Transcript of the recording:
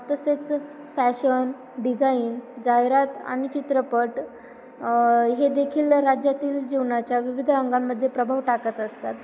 तसेच fashion design जाहिरात आणि चित्रपट हे देखील राज्यातील जीवनाच्या विविध अंगांमध्ये प्रभाव टाकत असतात